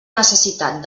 necessitat